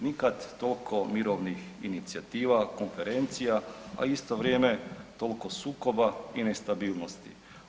Nikad toliko mirovnih inicijativa, konferencija, a u isto vrijeme toliko sukoba i nestabilnosti.